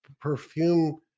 perfume